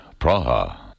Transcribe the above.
Praha